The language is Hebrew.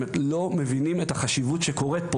לא מבינים את החשיבות של מה שקורה.